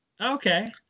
Okay